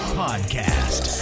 podcast